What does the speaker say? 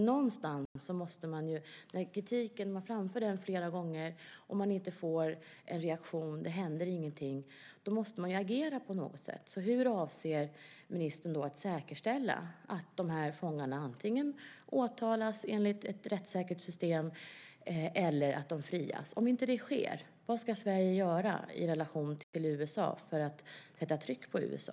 Någonstans måste man ju, om man framför den här kritiken flera gånger och man inte får någon reaktion, det inte händer någonting, agera på något sätt. Hur avser ministern att säkerställa att de här fångarna antingen åtalas enligt ett rättssäkert system eller att de frias? Om inte det sker, vad ska Sverige göra i relation till USA för att sätta tryck på USA?